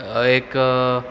एक